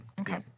Okay